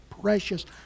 precious